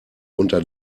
unter